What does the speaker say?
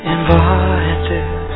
Invited